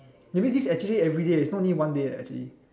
maybe this actually everyday is not only one day eh actually